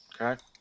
Okay